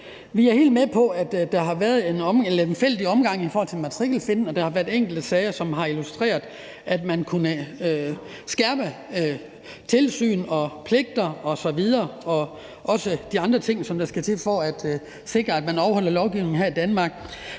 Vi er helt med på, at der har været en lemfældig omgang i forhold til matrikelfinten, og at der har været enkelte sager, som har illustreret, at man kunne skærpe tilsyn, pligter osv. og også de andre ting, der skal til for at sikre, at man overholder lovgivningen her i Danmark.